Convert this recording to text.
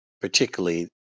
particularly